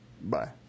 bye